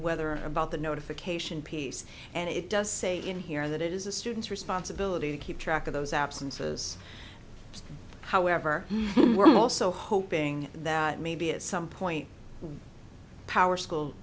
whether about the notification piece and it does say in here that it is a student's responsibility to keep track of those apps and so those however were also hoping that maybe at some point power school